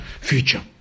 future